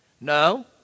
No